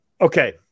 Okay